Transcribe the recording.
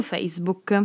Facebook